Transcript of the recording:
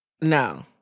No